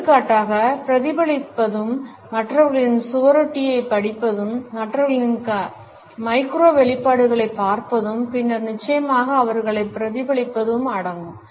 எடுத்துக்காட்டாக பிரதிபலிப்பதும் மற்றவர்களின் சுவரொட்டியைப் படிப்பதும் மற்றவர்களின் மைக்ரோ வெளிப்பாடுகளைப் பார்ப்பதும் பின்னர் நிச்சயமாக அவர்களைப் பிரதிபலிப்பதும் அடங்கும்